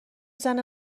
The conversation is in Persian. زنه